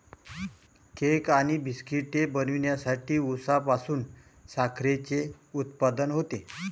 cake आणि बिस्किटे बनवण्यासाठी उसापासून साखरेचे उत्पादन होते